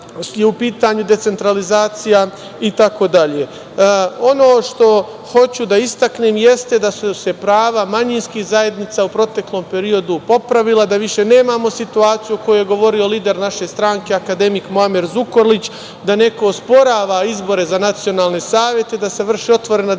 u pitanju decentralizacija itd. Ono što hoću da istaknem, jeste da su se prava manjinskih zajednica u proteklom periodu popravila, da više nemamo situaciju o kojoj je govorio lider naše stranke, akademik Muamer Zukorlić, da neko osporava izbore za nacionalne savete, da se vrši otvorena diskriminacija